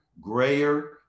grayer